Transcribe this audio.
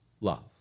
love